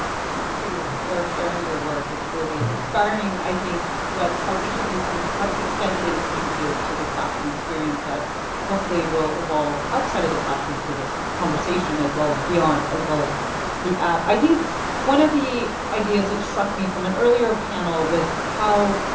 thank you for sharing your work, it's really inspiring, i think what, how each of you have extended and contributed to the classroom experience that hopefully will evolve outside of the classroom to this conversation as well and beyond, as well as the app. i think one of the ideas that struck me from an earlier panel was how,